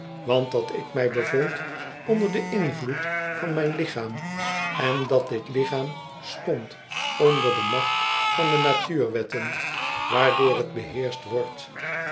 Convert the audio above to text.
want dat ik mij bevond onder den invloed van mijn lichaam en dat dit lichaam stond onder de macht van de natuurwetten waardoor het beheerscht wordt